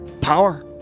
power